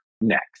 next